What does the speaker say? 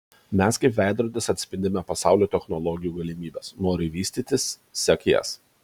mes kaip veidrodis atspindime pasaulio technologijų galimybes nori vystytis sek jas